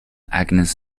agnes